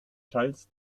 teils